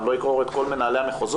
אני לא אגרור את כל מנהלי המחוזות,